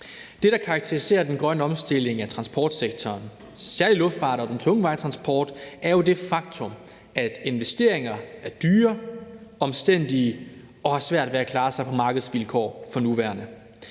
Det, der karakteriserer den grønne omstilling af transportsektoren, særlig luftfart og den tunge vejtransport, er jo det faktum, at investeringer er dyre, omstændige og har svært ved at klare sig på markedsvilkår for nuværende.